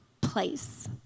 place